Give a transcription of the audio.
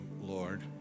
Lord